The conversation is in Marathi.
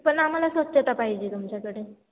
पण आम्हाला स्वच्छता पाहिजे तुमच्याकडे